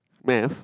math